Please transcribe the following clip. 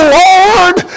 lord